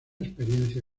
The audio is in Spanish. experiencia